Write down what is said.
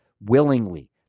willingly